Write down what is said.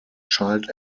child